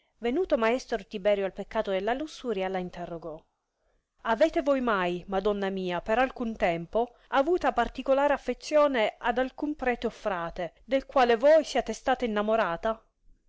venuto maestro tiberio al peccato della lussuria la interrogò avete voi mai madonna mia per alcun tempo avuta particolar affezione ad alcun prete o frate del quale voi siate stata innamorata